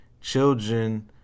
children